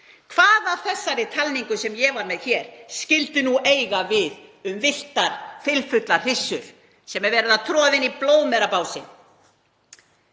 Hvað af þessari talningu sem ég var með hér skyldi nú eiga við um villtar fylfullar hryssur sem er verið að troða inn í blóðmerabásinn?